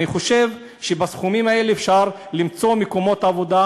אני חושב שבסכומים האלה אפשר למצוא מקומות עבודה